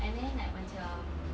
and then like macam